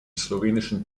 slowenischen